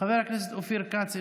חבר הכנסת אופיר כץ,